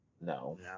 no